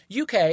UK